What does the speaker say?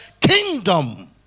kingdom